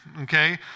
okay